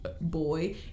boy